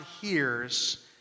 hears